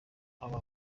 aba